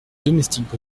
domestique